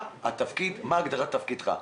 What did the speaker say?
מה הגדרת תפקידך?